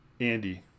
andy